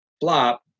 flop